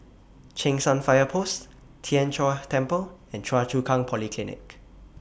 Cheng San Fire Post Tien Chor Temple and Choa Chu Kang Polyclinic